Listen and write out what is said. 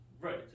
Right